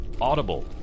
Audible